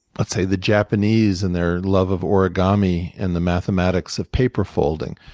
let's say, the japanese and their love of origami, and the mathematics of paper folding.